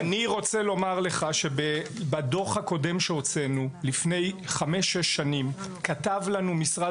אני רוצה לומר לך שבדוח הקודם שהוצאנו לפני 5-6 שנים כתב לנו משרד